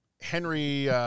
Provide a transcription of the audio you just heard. Henry